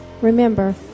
Remember